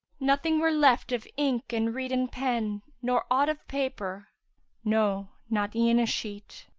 nothing were left of ink and reeden pen nor aught of paper no, not e'en a sheet.